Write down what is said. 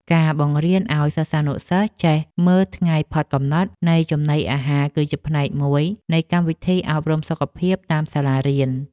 ការបង្រៀនឱ្យសិស្សានុសិស្សចេះមើលថ្ងៃផុតកំណត់នៃនំចំណី គឺជាផ្នែកមួយនៃកម្មវិធីអប់រំសុខភាពតាមសាលារៀន។